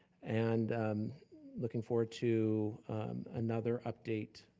and looking forward to another update,